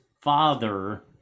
father